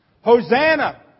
Hosanna